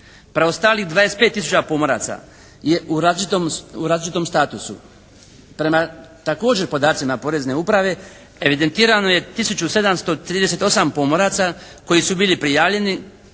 Preostalih 25 000 pomoraca je u različitom statusu. Prema također podacima porezne uprave evidentirano je tisuću i 738 pomoraca koji su bili prijavljeni